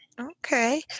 Okay